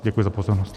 Děkuji za pozornost.